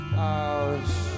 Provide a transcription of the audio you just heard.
house